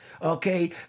Okay